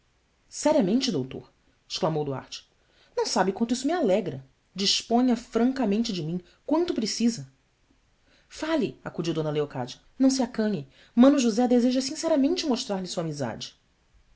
seriamente doutor exclamou duarte ão sabe quanto isso me alegra disponha francamente de mim quanto precisa ale acudiu eocádia ão se acanhe mano josé deseja sinceramente mostrar-lhe sua amizade